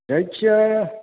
जायखिया